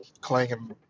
clanging